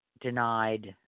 denied